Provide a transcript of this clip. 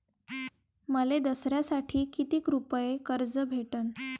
मले दसऱ्यासाठी कितीक रुपये कर्ज भेटन?